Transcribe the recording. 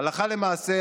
הלכה למעשה,